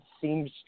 seems